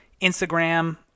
Instagram